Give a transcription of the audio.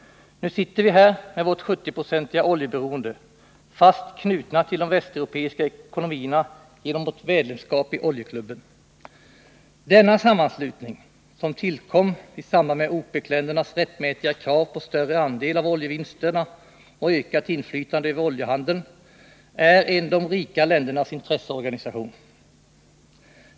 Nu sitter vi här, med vårt 70-procentiga oljeberoende, fast knutna till de västeuropeiska ekonomierna genom vårt medlemskap i oljeklubben. Denna sammanslutning, som tillkom i samband med OPEC-ländernas rättmätiga krav på större andel av oljevinsterna och ökat inflytande över oljehandeln, är de rika ländernas intresseorganisation.